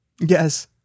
yes